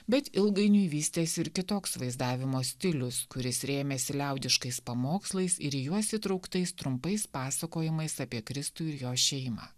bet ilgainiui vystėsi ir kitoks vaizdavimo stilius kuris rėmėsi liaudiškais pamokslais ir į juos įtrauktais trumpais pasakojimais apie kristų ir jo šeimą